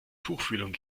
tuchfühlung